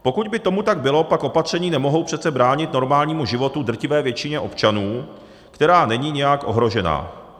Pokud by tomu tak bylo, pak opatření nemohou přece bránit normálnímu životu drtivé většině občanů, která není nějak ohrožena.